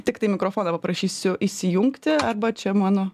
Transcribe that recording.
tiktai mikrofoną paprašysiu įsijungti arba čia mano